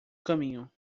caminho